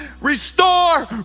restore